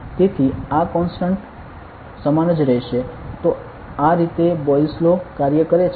તેથી આ કોન્સ્ટન્ટ સમાન જ રહેશે તો આ રીતે બોયલ્સ લો કાર્ય કરે છે